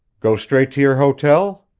go straight to your hotel?